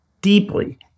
deeply